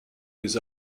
des